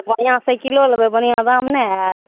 बढ़िआँ से किलो लेबै बढ़िआँ दाम नहि होयत